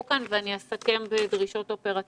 כאן ואחר כך אני אסכם בדרישות אופרטיביות.